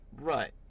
Right